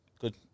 Good